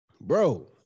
bro